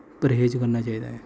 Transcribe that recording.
ਪ੍ਰਹੇਜ ਕਰਨਾ ਚਾਹੀਦਾ ਹੈ